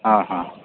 ಹಾಂ ಹಾಂ